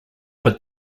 but